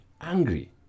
angry